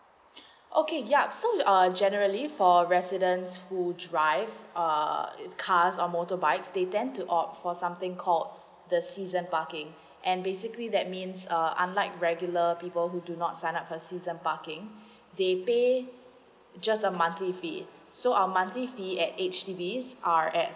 okay ya so err generally for residence who drive err cars or motorbike they tend to opt for something call the season parking and basically that means uh unlike regular people who do not sign up for season parking they pay just a monthly fee so our monthly fee at H_D_B are at